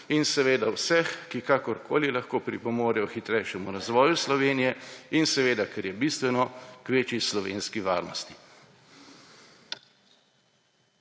in seveda vseh, ki kakorkoli lahko pripomorejo k hitrejšemu razvoju Slovenije in seveda, kar je bistveno, k večji slovenski varnosti.